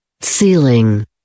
Ceiling